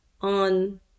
on